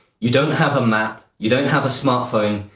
you don't have a map, you don't have a smartphone,